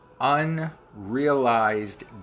unrealized